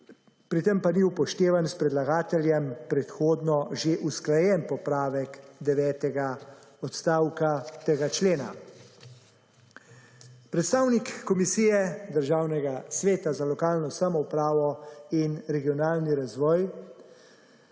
pri tem pa ni upoštevan s predlagateljem predhodno že usklajen popravek devetega odstavka tega člena. Predstavnik komisije Državnega sveta za lokalno samoupravo in regionalni razvoj